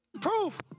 Proof